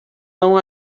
não